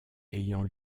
ayant